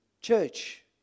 Church